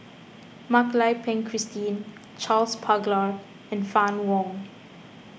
Mak Lai Peng Christine Charles Paglar and Fann Wong